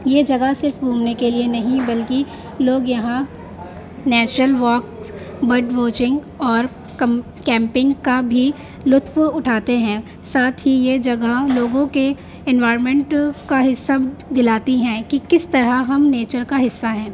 یہ جگہ صرف گھومنے کے لیے نہیں بلکہ لوگ یہاں نیچرل واکس برڈ واچنگ اور ک کیمپنگ کا بھی لطف اٹھاتے ہیں ساتھ ہی یہ جگہ لوگوں کے انوائرمنٹ کا حصہ دلاتی ہیں کہ کس طرح ہم نیچر کا حصہ ہیں